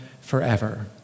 forever